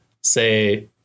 say